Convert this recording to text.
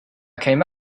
came